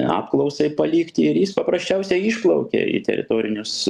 apklausai palikt ir jis paprasčiausiai išplaukė į teritorinius